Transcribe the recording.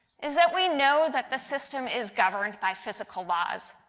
is that we know that the system is governed by physical laws.